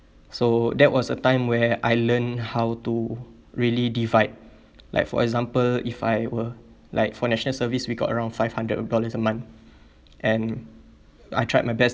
so that was a time where I learn how to really divide like for example if I were like for national service we got around five hundred dollars a month and I tried my best